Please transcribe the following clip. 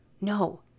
No